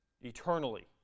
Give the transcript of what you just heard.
Eternally